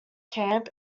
camp